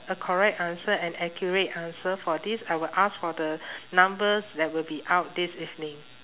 a correct answer an accurate answer for this I would ask for the numbers that would be out this evening